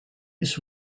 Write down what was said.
this